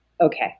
okay